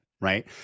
right